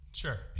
Sure